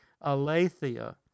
aletheia